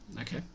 Okay